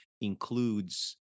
includes